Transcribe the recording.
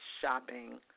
shopping